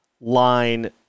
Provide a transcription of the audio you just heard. line